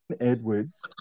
Edwards